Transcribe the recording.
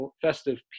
festive